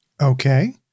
Okay